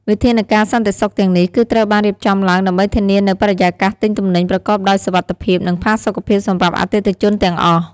វិធានការសន្តិសុខទាំងនេះ គឺត្រូវបានរៀបចំឡើងដើម្បីធានានូវបរិយាកាសទិញទំនិញប្រកបដោយសុវត្ថិភាព និងផាសុកភាពសម្រាប់អតិថិជនទាំងអស់។